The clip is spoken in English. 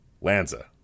Lanza